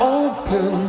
open